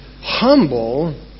humble